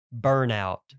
burnout